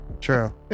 True